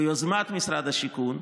ביוזמת משרד השיכון,